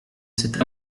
cet